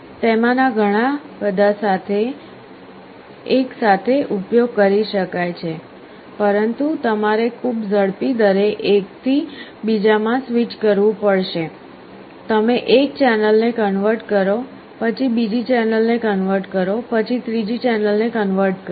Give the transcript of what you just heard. તેમાંના ઘણાબધા એક સાથે ઉપયોગ કરી શકાય છે પરંતુ તમારે ખૂબ ઝડપી દરે એકથી બીજામાં સ્વિચ કરવું પડશે તમે એક ચેનલને કન્વર્ટ કરો પછી બીજી ચેનલને કન્વર્ટ કરો પછી ત્રીજી ચેનલને કન્વર્ટ કરો